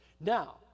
Now